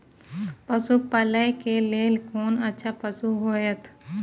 पशु पालै के लेल कोन अच्छा पशु होयत?